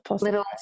little